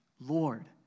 Lord